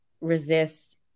resist